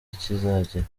kizagira